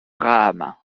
graham